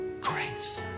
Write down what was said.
Grace